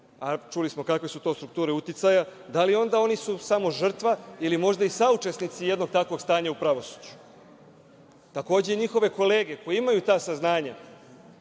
a čuli smo kakve su to strukture uticaja, da li su onda oni samo žrtva ili možda i saučesnici jednog takvog stanja u pravosuđu? Takođe, njihove kolege koje imaju ta saznanja